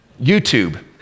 YouTube